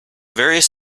various